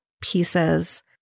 pieces